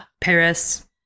Paris